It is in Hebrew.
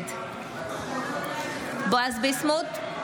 נגד בועז ביסמוט,